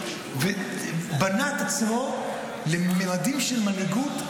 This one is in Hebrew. ובנה את עצמו לממדים של מנהיגות,